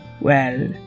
Well